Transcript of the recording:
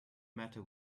matter